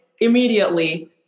immediately